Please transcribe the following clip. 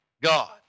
God